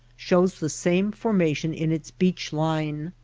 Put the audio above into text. shows the same formation in its beach line.